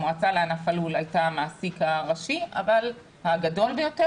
המועצה לענף הלול הייתה המעסיק הראשי הגדול ביותר